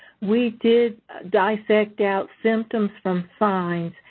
we did dissect out symptoms from signs,